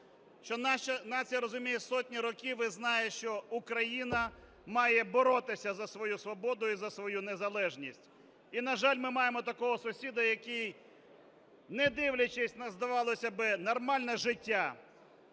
нація розуміє сотні років і знає, що Україна має боротися за свою свободу і за свою незалежність. І, на жаль, ми маємо такого сусіда, який, не дивлячись на, здавалося би, нормальне життя,